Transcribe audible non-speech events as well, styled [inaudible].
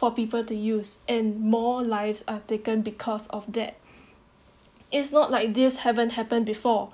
for people to use and more lives are taken because of that [breath] it's not like this haven't happened before